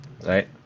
right